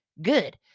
good